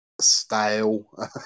stale